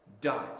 dies